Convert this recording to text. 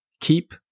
keep